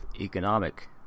economic